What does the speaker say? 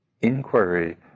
inquiry